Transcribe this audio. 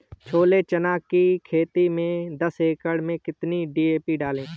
छोले चने की खेती में दस एकड़ में कितनी डी.पी डालें?